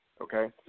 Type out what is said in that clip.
okay